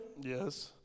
Yes